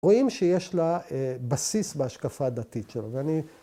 ‫רואים שיש לה בסיס ‫בהשקפה הדתית שלו.